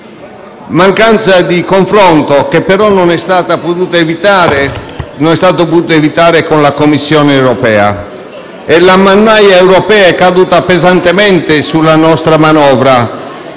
Il confronto, però, non è stato possibile evitarlo con la Commissione europea e la mannaia europea è caduta pesantemente sulla nostra manovra,